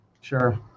Sure